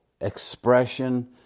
expression